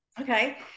Okay